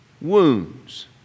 wounds